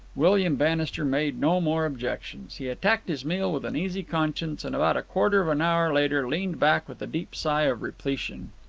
william bannister made no more objections. he attacked his meal with an easy conscience, and about a quarter of an hour later leaned back with a deep sigh of repletion.